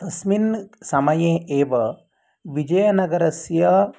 तस्मिन् समये एव विजयनगरस्य